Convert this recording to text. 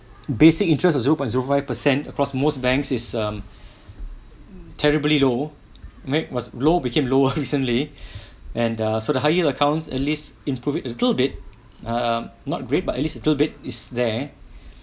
basic interest of zero point zero five percent across most banks is um terribly low I mean was low became lower recently and err so the higher accounts at least improve it improve it err not great but at least little bit is there